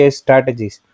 strategies